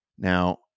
Now